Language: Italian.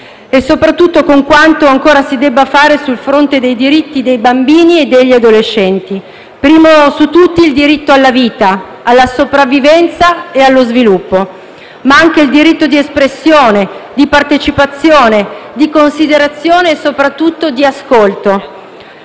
e soprattutto con quanto ancora si debba fare sul fronte dei diritti dei bambini e degli adolescenti, primo su tutti il diritto alla vita, alla sopravvivenza e allo sviluppo; ma anche il diritto di espressione, di partecipazione, di considerazione e soprattutto di ascolto.